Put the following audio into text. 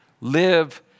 live